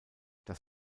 das